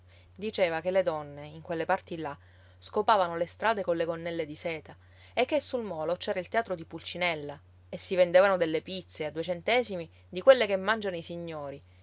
diceva che le donne in quelle parti là scopavano le strade colle gonnelle di seta e che sul molo c'era il teatro di pulcinella e si vendevano delle pizze a due centesimi di quelle che mangiano i signori